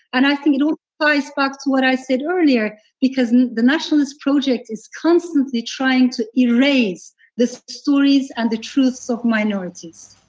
and i think it all ties back to what i said earlier because and the nationalist project is constantly trying to erase the stories and the truth of minorities.